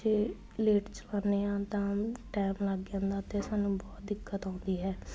ਜੇ ਲੇਟ ਚਲਾਉਂਦੇ ਹਾਂ ਤਾਂ ਟੈਮ ਲੱਗ ਜਾਂਦਾ ਅਤੇ ਸਾਨੂੰ ਬਹੁਤ ਦਿੱਕਤ ਆਉਂਦੀ ਹੈ